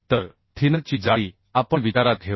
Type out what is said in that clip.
तर थिनर ची जाडी आपण विचारात घेऊ